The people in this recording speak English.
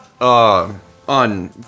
On